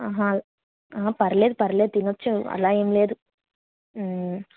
పర్లేదు పర్లేదు తినచ్చు అలా ఏమి లేదు